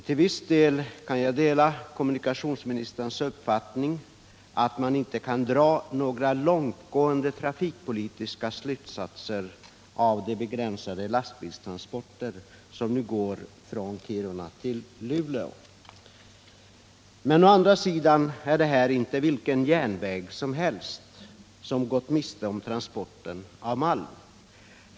Till viss del kan jag dela kommunikationsministerns uppfattning att man inte bör dra några långtgående trafikpolitiska slutsatser av de begränsade lastbilstransporter som nu går från Kiruna till Luleå. Men å andra sidan är det här inte vilken järnväg som helst som gått miste om transporten av malm.